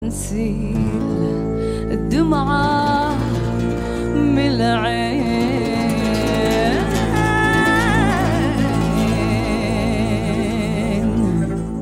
נזיל דמעה מלעין